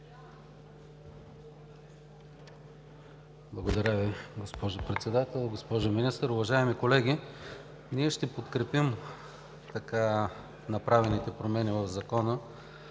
Благодаря Ви, госпожо Председател. Госпожо Министър, уважаеми колеги, ние ще подкрепим така направените промени в Закона.